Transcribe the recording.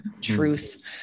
Truth